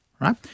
right